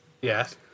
Yes